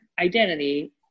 identity